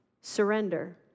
surrender